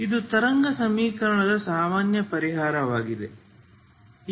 ಇದು ತರಂಗ ಸಮೀಕರಣದ ಸಾಮಾನ್ಯ ಪರಿಹಾರವಾಗಿದೆ